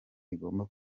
igomba